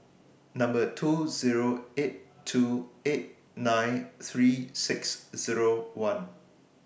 two Zero eight two eight nine three six Zero one